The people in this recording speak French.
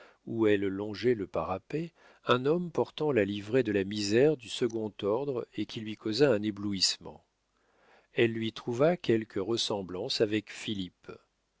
où elle longeait le parapet un homme portant la livrée de la misère du second ordre et qui lui causa un éblouissement elle lui trouva quelque ressemblance avec